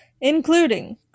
including